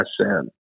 sin